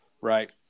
Right